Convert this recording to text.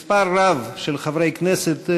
מספר רב של חברי כנסת,